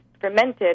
fermented